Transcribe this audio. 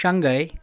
Shanghai